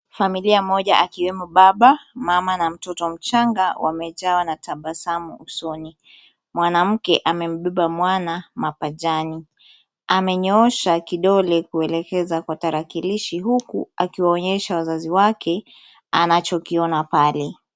Familia moja akiwemo baba, mama na mtoto mchanga wamejawa na tabasamu usoni. Mwanamke amembeba mwana mapajani. Amenyoosha kidole kuelekeza kwa tarakilishi, huku akiwaonyesha wazazi wake anachokiona pale.